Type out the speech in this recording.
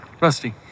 Rusty